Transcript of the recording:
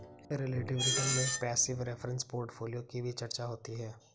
relative return में passive reference portfolio की भी चर्चा होती है